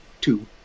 two